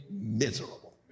miserable